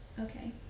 Okay